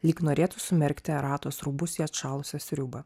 lyg norėtų sumerkti eratos rūbus į atšalusią sriubą